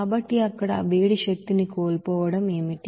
కాబట్టి అక్కడ ఆ వేడి శక్తిని కోల్పోవడం ఏమిటి